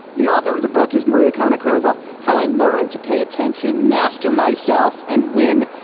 the author of the book is maria konnikova. how i learned to pay attention, master myself and win.